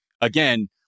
again